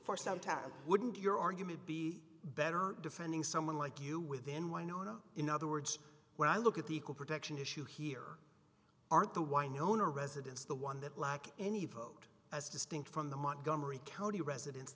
for some time wouldn't your argument be better defending someone like you with then why not in other words when i look at the equal protection issue here aren't the wynonna residence the one that lack any vote as distinct from the montgomery county residents